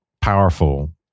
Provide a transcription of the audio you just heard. powerful